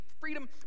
freedom